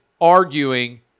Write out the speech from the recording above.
arguing